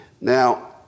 Now